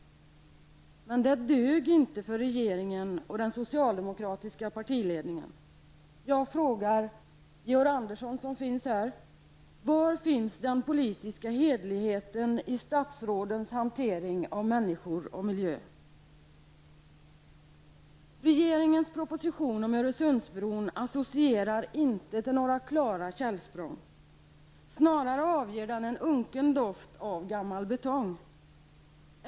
Men det dög inte för regeringen och den socialdemokratiska partiledningen. Jag frågar Georg Andersson, som finns här: Var finns den politiska heligheten i statsrådens hantering av människor och miljö? Regeringens proposition om Öresundsbron associerar inte till några klara källsprång. Snarare avger den en unken doft av gammal betong.